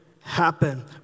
happen